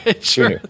Sure